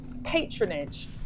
patronage